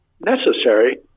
necessary